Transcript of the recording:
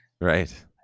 Right